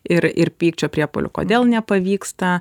ir ir pykčio priepuolių kodėl nepavyksta